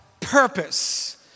purpose